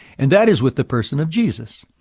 and that is with the person of jesus.